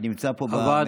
שנמצא פה במליאה.